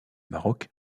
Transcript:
maroc